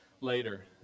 later